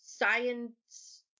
Science